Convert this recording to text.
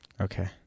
Okay